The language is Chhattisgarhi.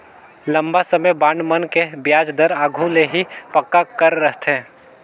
लंबा समे बांड मन के बियाज दर आघु ले ही पक्का कर रथें